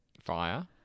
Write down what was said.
Fire